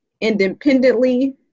independently